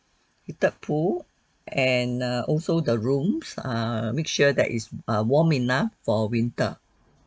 heated pool and also err the rooms uh make that it's err warm enough for winter